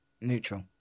Neutral